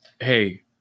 Hey